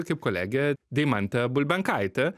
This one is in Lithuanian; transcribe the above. kaip kolegė deimantė bulbenkaitė